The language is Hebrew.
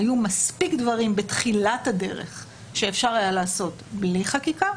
היו מספיק דברים בתחילת הדרך שאפשר היה לעשות בלי חקיקה.